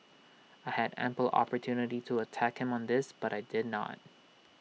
I had ample opportunity to attack him on this but I did not